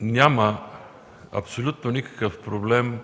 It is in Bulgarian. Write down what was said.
Няма абсолютно никакъв проблем,